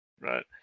Right